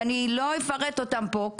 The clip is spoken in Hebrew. לא אפרט אותם פה,